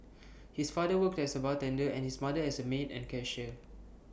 his father worked as A bartender and his mother as A maid and cashier